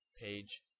Page